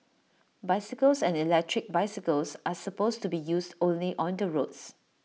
bicycles and electric bicycles are supposed to be used only on the roads